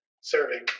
serving